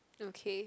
okay